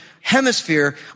hemisphere